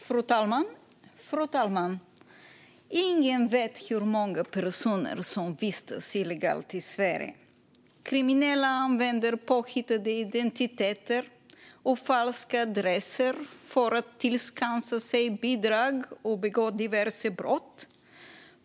Fru talman! Ingen vet hur många personer som vistas illegalt i Sverige. Kriminella använder påhittade identiteter och falska adresser för att tillskansa sig bidrag och begå diverse brott.